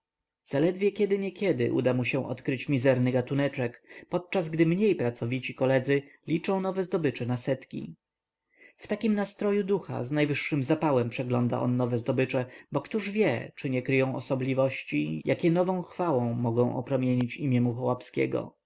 zaledwie kiedy niekiedy uda mu się odkryć mizerny gatuneczek podczas gdy mniej pracowici koledzy liczą nowe zdobycze na setki w takim nastroju ducha z najwyższym zapałem przegląda on nowe zdobycze bo któż wie czy nie kryją osobliwości jakie nową chwałą mogą opromienić imię